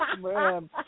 man